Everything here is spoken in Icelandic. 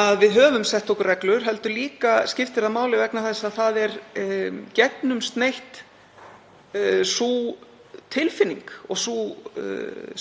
að við höfum sett okkur reglur heldur skiptir þetta líka máli vegna þess að það er gegnumsneitt sú tilfinning og sú